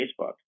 Facebook